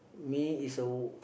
me is a